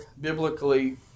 biblically